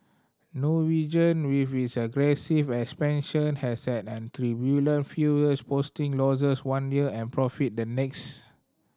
Norwegian with its aggressive expansion has had an turbulent few years posting losses one year and profit the next